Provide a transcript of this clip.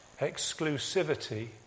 exclusivity